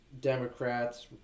Democrats